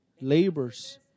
labors